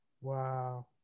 wow